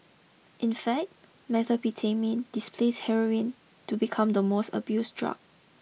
in fact Methamphetamine displaced Heroin to become the most abused drug